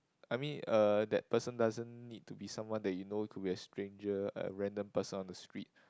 I mean uh that person doesn't need to be someone that you know it could be a stranger a random person on the street